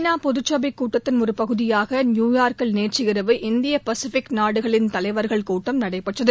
நா பொதுக்கைச் கூட்டத்தின் ஒரு பகுதியாக நியூயார்க்கில் நேற்று இரவு இந்திய பசிபிக் நாடுகளின் தலைவர்கள் கூட்டம் நடைபெற்றது